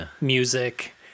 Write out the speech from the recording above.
music